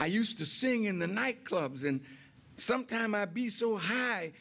i used to sing in the night clubs and sometime i be so high